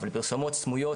אבל פרסומות סמויות,